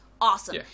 Awesome